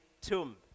Tomb